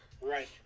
right